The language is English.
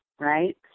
right